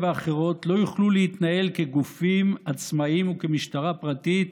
ואחרות לא יוכלו להתנהל כגופים עצמאיים וכמשטרה פרטית,